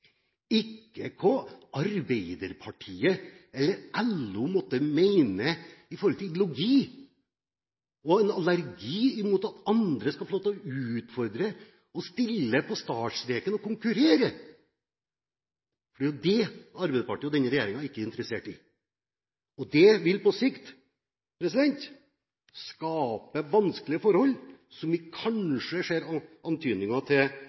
ikke hva Arbeiderpartiet eller LO måtte mene med hensyn til ideologi, fordi man har allergi mot at andre skal få lov til å utfordre og stille på startstreken og konkurrere. Det er jo det Arbeiderpartiet og denne regjeringen ikke er interessert i, og det vil på sikt skape vanskelige forhold som vi kanskje ser antydninger til